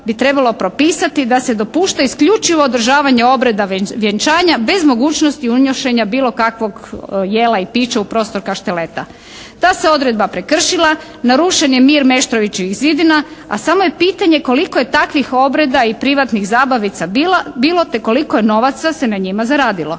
bi trebalo propisati da se dopušta isključivo održavanje obreda vjenčanja bez mogućnosti unošenja bilo kakvog jela i pića u prostor kašteleta. Ta se odredba prekršila, narušen je mir Meštrovićevih zidina, a samo je pitanje koliko je takvih obreda i privatnih zabavica bilo te koliko novaca se na njima zaradilo.